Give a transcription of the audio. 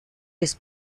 des